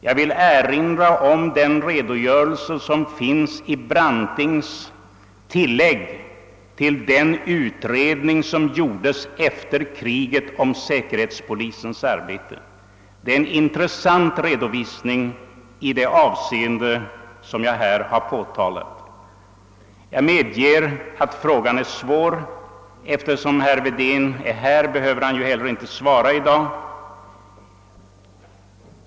Jag vill erinra om den redogörelse som finns i Brantings tillägg till den utredning som gjordes efter kriget om säkerhetspolisens arbete. Det är en intressant redovisning i det avseende som jag här påtalat. | Jag medger att frågan är svår, men eftersom herr Wedén inte är närvarande behöver han ju inte svara i dag.